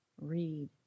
read